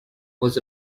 was